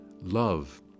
love